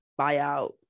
buyout